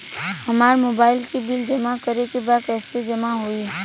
हमार मोबाइल के बिल जमा करे बा कैसे जमा होई?